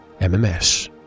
MMS